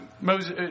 Moses